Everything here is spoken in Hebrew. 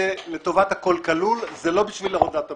זה לטובת ה"כול כלול", זה לא בשביל הורדת המחיר.